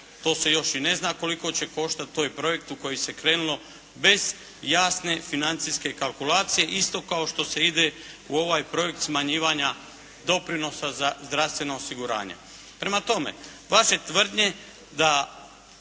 to se još i ne zna koliko će koštati. To je projekt u koji se krenulo bez jasne financijske kalkulacije isto kao što se ide u ovaj projekt smanjivanja doprinosa za zdravstveno osiguranje. Prema tome, vaše tvrdnje da